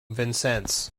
vincennes